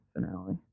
finale